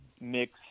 mix